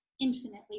infinitely